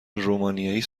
رومانیایی